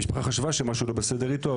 המשפחה חשבה שמשהו לא בסדר איתו,